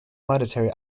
mandatory